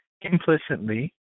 implicitly